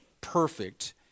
perfect